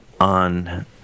on